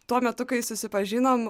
tuo metu kai susipažinom